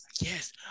yes